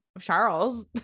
Charles